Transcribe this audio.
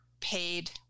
paid